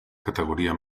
categoria